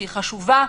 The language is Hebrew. שהיא חשובה,